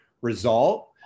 result